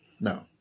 No